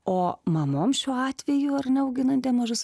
o mamoms šiuo atveju ar ne auginantiem mažus